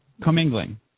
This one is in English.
commingling